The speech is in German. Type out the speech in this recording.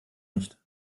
nicht